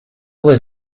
was